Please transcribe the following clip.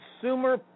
consumer